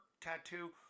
tattoo